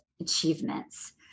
achievements